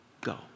go